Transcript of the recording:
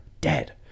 dead